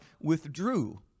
withdrew